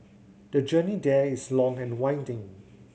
the journey there is long and winding